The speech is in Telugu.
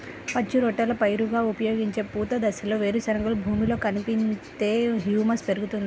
పచ్చి రొట్టెల పైరుగా ఉపయోగించే పూత దశలో వేరుశెనగను భూమిలో కలిపితే హ్యూమస్ పెరుగుతుందా?